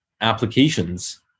applications